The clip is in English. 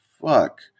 fuck